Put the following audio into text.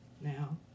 now